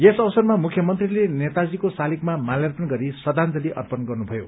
यस अवसरमा मुख्यमन्त्रीले नेताजीको शालिगमा मात्यार्पण गरी श्रद्धांजली अर्पण गर्नुभयो